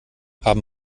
haben